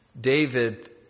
David